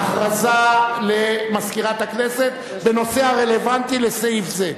הודעה למזכירת הכנסת בנושא הרלוונטי לסעיף זה.